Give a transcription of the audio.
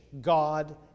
God